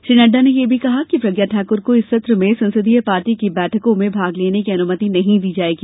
श्री नड्डा ने यह भी कहा कि प्रज्ञा ठाकुर को इस सत्र में संसदीय पार्टी की बैठकों में भाग लेने की अनुमति नहीं दी जाएगी